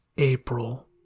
April